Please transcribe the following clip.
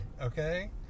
Okay